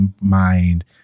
mind